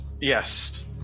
Yes